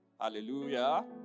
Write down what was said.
Hallelujah